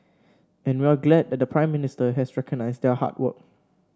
and we're glad that the Prime Minister has recognised their hard work